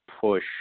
push